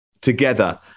together